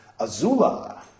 Azula